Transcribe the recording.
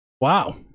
Wow